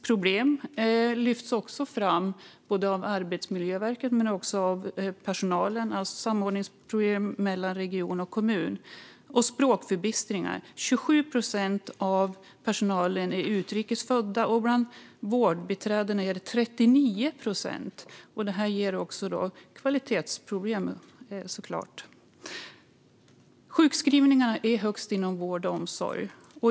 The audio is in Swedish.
Problem med samordningen mellan region och kommun lyfts fram av både Arbetsmiljöverket och personalen, liksom språkförbistring. 27 procent av personalen är utrikes födda, och bland vårdbiträden är det 39 procent, vilket såklart ger kvalitetsproblem. Sjukskrivningarna är högst inom vård och omsorg.